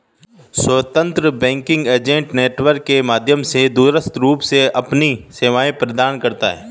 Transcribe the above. स्वतंत्र banking agent network के माध्यम से दूरस्थ रूप से अपनी सेवाएं प्रदान करता है